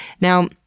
Now